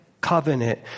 covenant